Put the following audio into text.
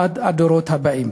בעד הדורות הבאים.